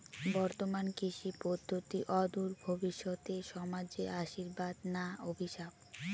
বর্তমান কৃষি পদ্ধতি অদূর ভবিষ্যতে সমাজে আশীর্বাদ না অভিশাপ?